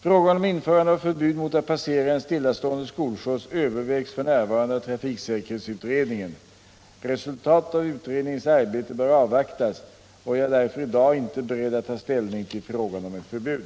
Frågan om införande av förbud mot att passera en stillastående skolskjuts övervägs f. n. av trafiksäkerhetsutredningen. Resultatet av utredningens arbete bör avvaktas, och jag är därför i dag inte beredd att ta ställning till frågan om ett förbud.